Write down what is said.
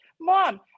mom